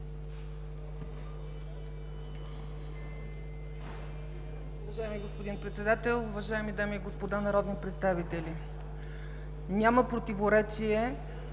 Уважаеми господин Председател, уважаеми дами и господа народни представители! Няма противоречие